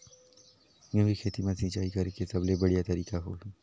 गंहू के खेती मां सिंचाई करेके सबले बढ़िया तरीका होही?